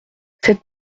cette